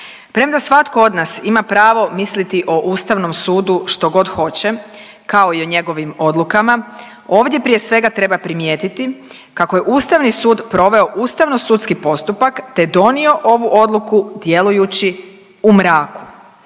Premda svatko od nas ima pravo misliti o Ustavnom sudu što god hoće kao i o njegovim odlukama, ovdje prije svega treba primijetiti kako je Ustavni sud proveo ustavno-sudski postupak te donio ovu odluku djelujući u mraku.